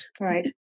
Right